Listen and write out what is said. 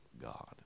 God